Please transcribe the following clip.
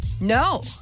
No